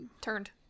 turned